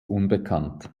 unbekannt